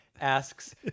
asks